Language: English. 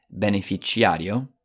beneficiario